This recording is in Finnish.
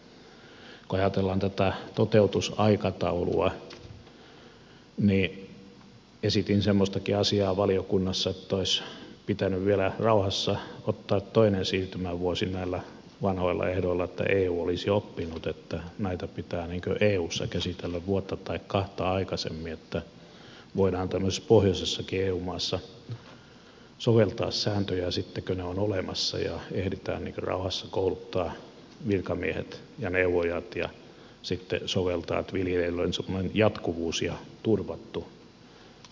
kun ajatellaan tätä toteutusaikataulua niin esitin semmoistakin asiaa valiokunnassa että olisi pitänyt vielä rauhassa ottaa toinen siirtymävuosi näillä vanhoilla ehdoilla että eu olisi oppinut että näitä pitää eussa käsitellä vuotta tai kahta aikaisemmin että voidaan tämmöisessä pohjoisessakin eu maassa soveltaa sääntöjä sitten kun ne ovat olemassa ja ehditään rauhassa kouluttaa virkamiehet ja neuvojat ja sitten soveltaa että viljelijöillä on semmoinen jatkuvuus ja tuo elinkeinon harjoittaminen turvattu